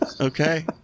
Okay